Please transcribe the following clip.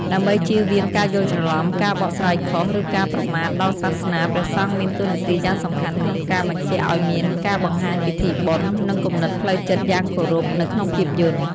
ដើម្បីជៀសវាងការយល់ច្រឡំ ការបកស្រាយខុស ឬការប្រមាថដល់សាសនា ព្រះសង្ឃមានតួនាទីយ៉ាងសំខាន់ក្នុងការ បញ្ជាក់ឲ្យមានការបង្ហាញពិធីបុណ្យ និងគំនិតផ្លូវចិត្តយ៉ាងគោរព នៅក្នុងភាពយន្ត។